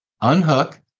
unhook